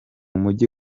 mujyi